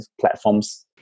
platforms